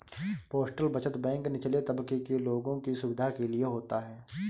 postal बचत bank निचले तबके के लोगों की सुविधा के लिए होता है